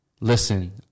listen